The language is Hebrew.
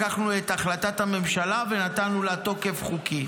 לקחנו את החלטת הממשלה ונתנו לה תוקף חוקי.